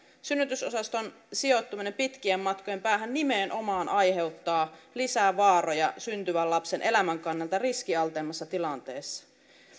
synnytysosaston sijoittuminen pitkien matkojen päähän nimenomaan aiheuttaa lisää vaaroja syntyvän lapsen elämän kannalta riskialtteimmissa tilanteissa